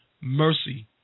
mercy